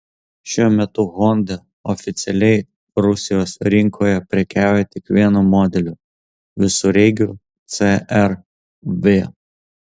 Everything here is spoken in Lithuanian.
šiuo metu honda oficialiai rusijos rinkoje prekiauja tik vienu modeliu visureigiu cr v